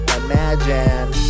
imagine